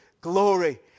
glory